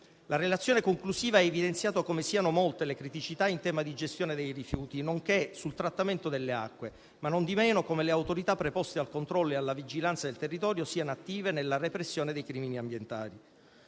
La relazione conclusiva ha evidenziato come siano molte le criticità in tema di gestione dei rifiuti, nonché sul trattamento delle acque, ma nondimeno come le autorità preposte al controllo e alla vigilanza del territorio siano attive nella repressione dei crimini ambientali.